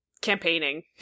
campaigning